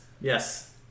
Yes